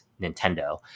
Nintendo